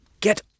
get